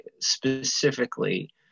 specifically